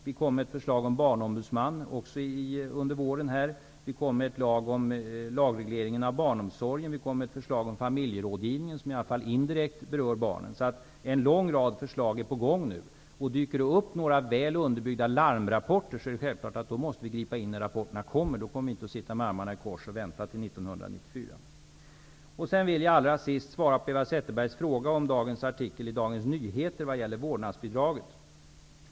Vi kommer med ett förslag om en barnombudsman under våren. Vi kommer med ett förslag om lagreglering av barnomsorgen. Vi kommer med ett förslag om familjerådgivning som i alla fall indirekt berör barnen. En lång rad förslag är alltså på gång. Men dyker det upp några väl underbyggda larmrapporter, måste vi sälvklart gripa in. Då kommer vi inte att sitta med armarna i kors och vänta till 1994. Allra sist vill jag svara på Eva Zetterbergs fråga om artikeln i Dagens Nyheter i dag vad gäller vårdnadsbidraget.